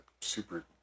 super